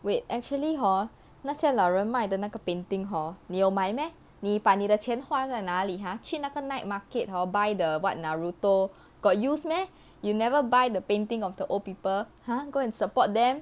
wait actually hor 那些老人卖的那个 painting hor 你有买 meh 你把你的钱花在哪里 !huh! 去那个 night market hor buy the what naruto got use meh you never buy the painting of the old people !huh! go and support them